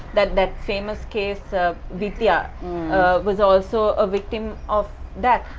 that that famous case of vidya was also a victim of that.